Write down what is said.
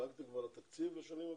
כבר דנתם על התקציב לשנים הבאות?